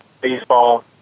baseball